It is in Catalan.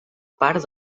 part